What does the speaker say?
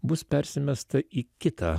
bus persimesta į kitą